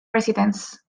residence